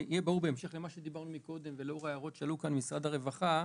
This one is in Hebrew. שיהיה ברור בהמשך למה שדיברנו קודם ולאור ההערות שעלו כאן ממשרד הרווחה,